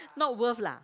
not worth lah